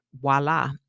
voila